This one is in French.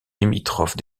limitrophe